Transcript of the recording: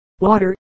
water